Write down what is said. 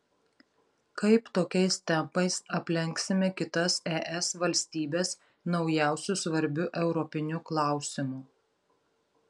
kaip tokiais tempais aplenksime kitas es valstybes naujausiu svarbiu europiniu klausimu